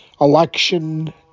election